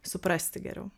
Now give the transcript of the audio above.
suprasti geriau